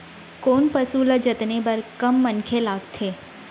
कोन पसु ल जतने बर कम मनखे लागथे?